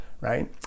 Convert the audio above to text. right